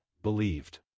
Believed